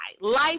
Life